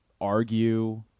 argue